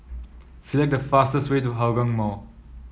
select the fastest way to Hougang Mall